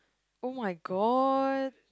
[oh]-my-god